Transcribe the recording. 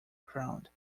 crowd